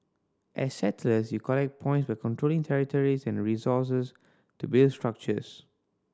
as settlers you collect points by controlling territories and resources to build structures